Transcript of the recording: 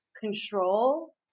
control